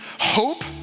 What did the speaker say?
Hope